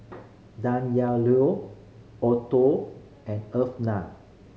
Danyelle Otho and Eartha